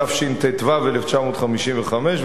התשט"ו 1955,